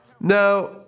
Now